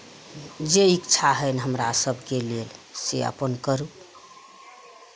जे इच्छा होइन्ह हमरा सभके लेल से अपन करू